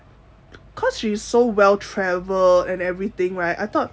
cause she's so well travelled and everything right I thought